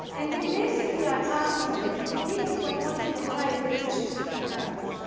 and we basically are asking them to give us what once an entire village used to provide.